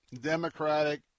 Democratic